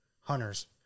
hunters